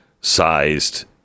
sized